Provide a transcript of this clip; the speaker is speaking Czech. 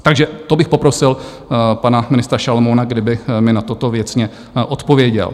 Takže to bych poprosil pana ministra Šalomouna, kdyby mi na toto věcně odpověděl.